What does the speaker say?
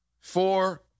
Four